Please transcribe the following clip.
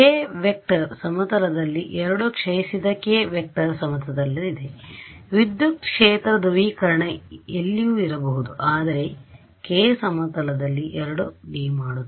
k vector ಸಮತಲದಲ್ಲಿದೆ 2 ಕ್ಷಯಿಸಿದ K vector ಸಮತಲದಲ್ಲಿದೆ ವಿದ್ಯುತ್ ಕ್ಷೇತ್ರ ಧ್ರುವೀಕರಣ ಎಲ್ಲಿಯೂ ಇರಬಹುದು ಆದರೆ k ಸಮತಲದಲ್ಲಿ 2D ಮಾಡುತ್ತದೆ